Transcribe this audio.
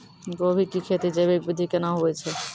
गोभी की खेती जैविक विधि केना हुए छ?